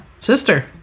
Sister